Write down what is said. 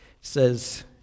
says